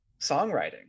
songwriting